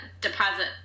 deposit